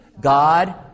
God